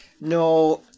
no